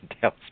tells